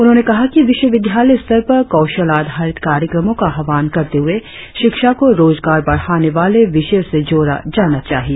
उन्होंने कहा कि विश्वविद्यालय स्तर पर कौशल आधारित कार्यक्रमों का आह्वान करते हुए शिक्षा को रोजगार बढ़ाने वाले विषयों से जोड़ा जाना चाहिए